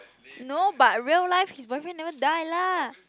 no but real life his boyfriend never die lah